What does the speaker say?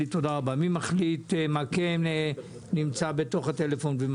מי מחליט מה נמצא ומה לא נמצא בתוך הטלפון.